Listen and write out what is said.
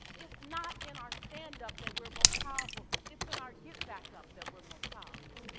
it's not in our standup that we're most powerful, it's in our get back up that we're most powerful.